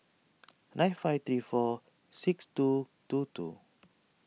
nine five three four six two two two